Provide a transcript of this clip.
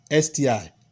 STI